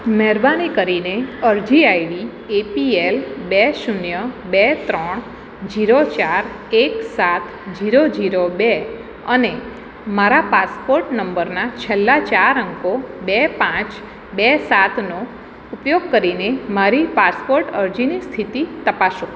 મહેરબાની કરીને અરજી આઈડી એપીએલ બે શૂન્ય બે ત્રણ જીરો ચાર એક સાત જીરો જીરો બે અને મારા પાસપોર્ટ નંબરના છેલ્લા ચાર અંકો બે પાંચ બે સાતનો ઉપયોગ કરીને મારી પાસપોર્ટ અરજીની સ્થિતિ તપાસો